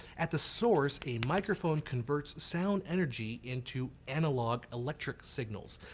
at the source a microphone converts sound energy into analog electric signals.